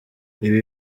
ibi